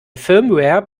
firmware